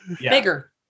Bigger